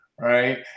right